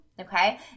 Okay